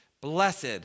Blessed